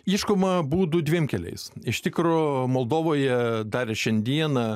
ieškoma būdų dviem keliais iš tikro moldovoje dar ir šiandieną